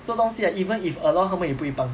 这种东西 right even if allow 他们也不会帮